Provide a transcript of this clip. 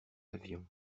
avion